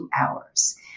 hours